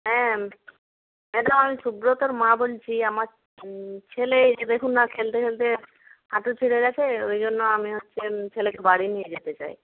হ্যাঁ ম্যাডাম আমি সুব্রতর মা বলছি আমার ছেলে এই যে দেখুন না খেলতে খেলতে হাঁটু ছিঁড়ে গেছে ওই জন্য আমি হচ্ছে ছেলেকে বাড়ি নিয়ে যেতে চাই